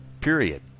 period